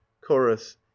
chorus